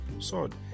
sword